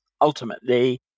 ultimately